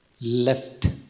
left